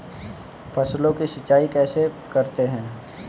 फसलों की सिंचाई कैसे करते हैं?